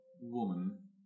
woman